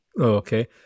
Okay